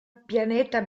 pianeta